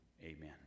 Amen